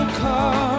car